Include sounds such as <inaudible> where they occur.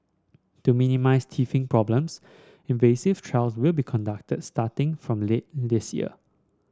to minimise teething problems <unintelligible> trials will be conducted starting from later this year